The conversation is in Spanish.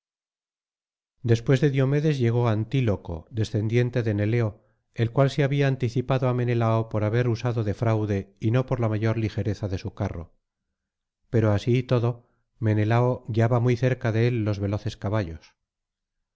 después de diomedes llegó antíloco descendiente de neleo el cual se había anticipado á menelao por haber usado de fraude y no por la mayor ligereza de su carro pero así y todo menelao guiaba muy cerca de él los veloces caballos